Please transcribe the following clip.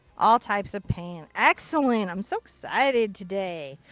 all types of pain. excellent. i'm so excited today.